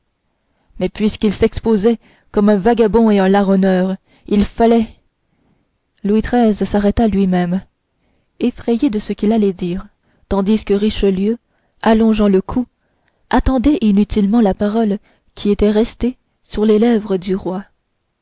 mais puisqu'il s'exposait comme un vagabond et un larronneur il fallait louis xiii s'arrêta lui-même effrayé de ce qu'il allait dire tandis que richelieu allongeant le cou attendait inutilement la parole qui était restée sur les lèvres du roi